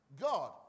God